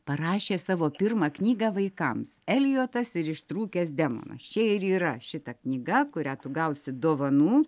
parašė savo pirmą knygą vaikams elijotas ir ištrūkęs demonas čia ir yra šita knyga kurią tu gausi dovanų